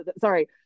sorry